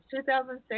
2006